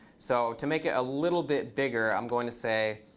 so to make it a little bit bigger, i'm going to say,